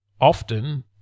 often